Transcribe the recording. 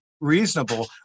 reasonable